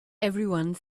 everyone